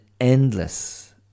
endless